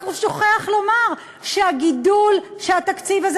רק הוא שוכח לומר שהגידול שהתקציב הזה